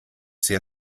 sehr